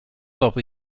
dopo